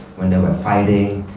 when they were fighting,